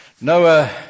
Noah